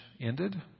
ended